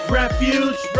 refuge